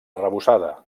arrebossada